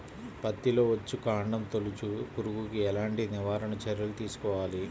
పత్తిలో వచ్చుకాండం తొలుచు పురుగుకి ఎలాంటి నివారణ చర్యలు తీసుకోవాలి?